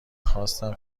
خواسته